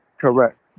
Correct